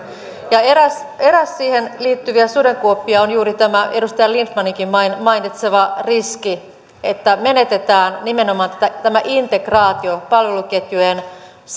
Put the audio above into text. eräs eräs siihen liittyvä sudenkuoppa on juuri tämä edustaja lindtmaninkin mainitsema riski että menetetään nimenomaan tämä integraatio palveluketjujen